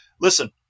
Listen